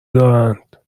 دارند